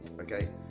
Okay